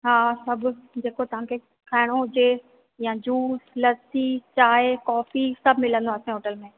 हा सभु जेको तव्हांखे खाइणो हुजे या जूस लस्सी चांहि कॉफी सभु मिलंदो आहे असांजे होटल में